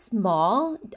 small